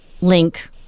link